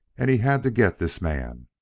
and he had to get this man.